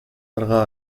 αργά